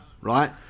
right